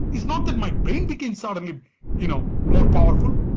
it's not that my brain became suddenly you know more powerful,